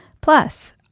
Plus